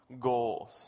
goals